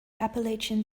appalachian